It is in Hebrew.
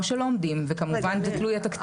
או שלא עומדים וכמובן זה תלוי התקציב.